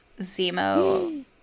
Zemo